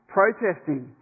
protesting